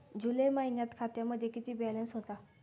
जुलै महिन्यात खात्यामध्ये किती बॅलन्स होता?